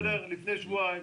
לפני שבועיים,